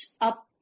up